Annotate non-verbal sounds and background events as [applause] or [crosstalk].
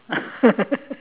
[laughs]